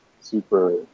super